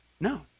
No